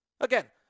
Again